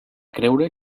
creure